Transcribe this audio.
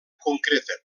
concreta